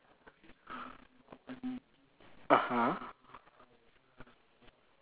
(uh huh)